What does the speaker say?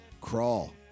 Crawl